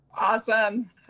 Awesome